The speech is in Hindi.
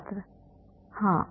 छात्र हाँ